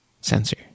sensor